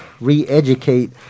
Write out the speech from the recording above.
re-educate